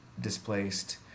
displaced